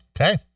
Okay